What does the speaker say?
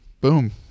Boom